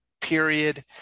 period